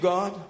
God